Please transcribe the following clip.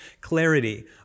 clarity